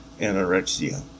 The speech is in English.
anorexia